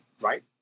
right